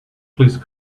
please